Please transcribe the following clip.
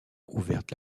ouverte